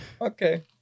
Okay